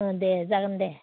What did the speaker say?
ओह दे जागोन दे